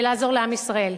ולעזור לעם ישראל?